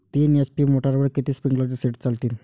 तीन एच.पी मोटरवर किती स्प्रिंकलरचे सेट चालतीन?